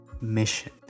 mission